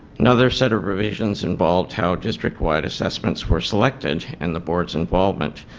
another set of revisions involved how districtwide assessments were selected. and the board's involvement.